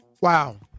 Wow